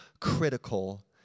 critical